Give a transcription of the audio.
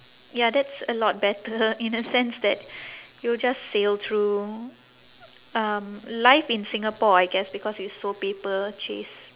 ya that's a lot better in a sense that you'll just sail through um life in singapore I guess because it's so paper chase